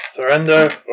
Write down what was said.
Surrender